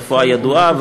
התופעה ידועה,